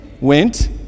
went